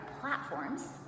platforms